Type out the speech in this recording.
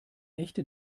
echte